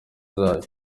zayo